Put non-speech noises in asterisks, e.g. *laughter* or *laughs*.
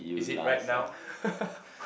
is it right now *laughs*